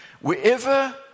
wherever